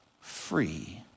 free